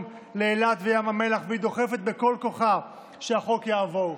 לאילת וים המלח והיא דוחפת בכל כוחה שהחוק יעבור,